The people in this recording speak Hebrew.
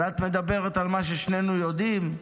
ואת מדברת על מה ששנינו יודעים.